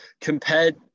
compared